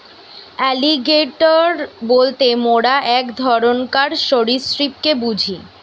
alligator বলতে মোরা এক ধরণকার সরীসৃপকে বুঝি